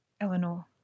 Eleanor